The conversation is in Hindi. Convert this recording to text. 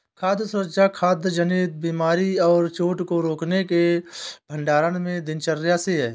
खाद्य सुरक्षा खाद्य जनित बीमारी और चोट को रोकने के भंडारण में दिनचर्या से है